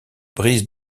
brises